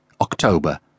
October